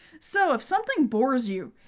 so if something bores you,